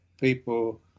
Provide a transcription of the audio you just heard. people